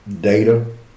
data